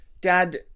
Dad